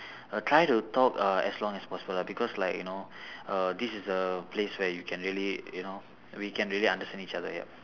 err try to talk err as long as possible because like you know uh this is a place where you can really you know we can really understand each other ya